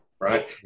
right